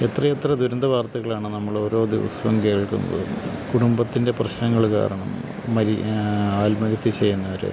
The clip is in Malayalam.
എത്രയെത്ര ദുരന്തവാർത്തകളാണ് നമ്മളോരോ ദിവസവും കേൾക്കുന്നത് കുടുംബത്തിൻ്റെ പ്രശ്നങ്ങള് കാരണം മരി ആത്മഹത്യ ചെയ്യുന്നവര്